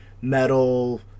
metal